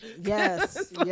Yes